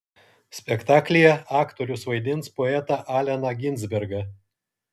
spektaklyje aktorius vaidins poetą alleną ginsbergą